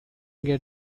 get